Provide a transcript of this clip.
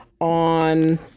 on